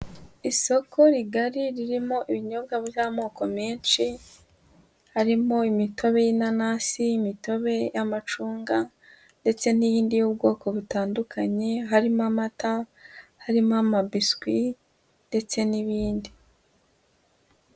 Isoko rigari ririmo ibinyobwa by'amoko menshi, harimo imitobe y'inanasi, imitobe y'amacunga ndetse n'iyindi y'ubwoko butandukanye, harimo amata, harimo amabiswi ndetse n'ibindi.